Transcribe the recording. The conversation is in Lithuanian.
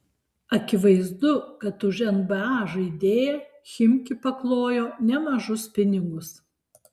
akivaizdu kad už nba žaidėją chimki paklojo nemažus pinigus